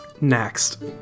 Next